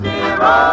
Zero